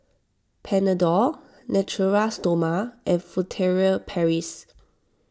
Panadol Natura Stoma and Furtere Paris